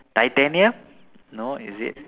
titanium no is it